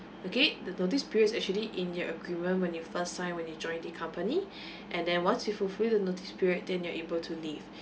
okay the notice period is actually in your agreement when you first sign when you join the company and then once you fulfil the notice period then you're able to leave